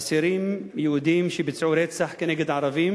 אסירים יהודים, שביצעו רצח כנגד ערבים